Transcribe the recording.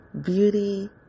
beauty